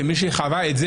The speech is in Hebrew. כמי שחווה את זה,